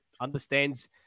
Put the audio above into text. understands